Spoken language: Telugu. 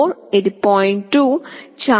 4 ఇది 0